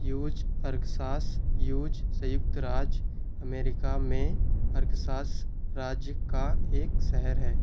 use Arkansas यूज संयुक्त राज्य अमेरिका में अर्गसास राज्य का एक शहर है